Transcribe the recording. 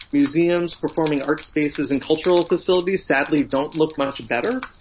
museums, performing arts spaces and cultural facilities sadly don't look much better.